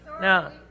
Now